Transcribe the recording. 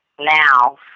now